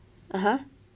(uh huh)